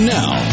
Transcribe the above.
now